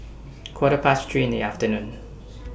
Quarter Past three in The afternoon